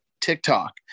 TikTok